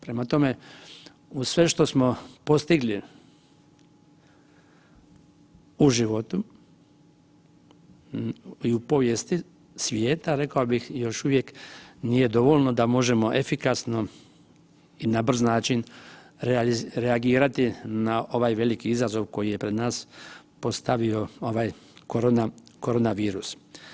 Prema tome, uz sve što smo postigli u životu i u povijesti svijeta rekao bih još uvijek nije dovoljno da možemo efikasno i na brz način reagirati na ovaj veliki izazov koji je pred nas postavio ovaj korona virus.